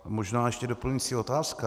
Možná ještě doplňující otázka.